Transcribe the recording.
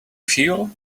feel